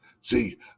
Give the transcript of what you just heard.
See